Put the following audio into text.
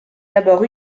d’abord